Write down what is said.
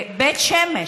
הייתי בסיור בבית שמש,